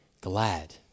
glad